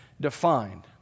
defined